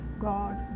God